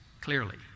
clearly